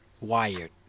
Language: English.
wired